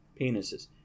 penises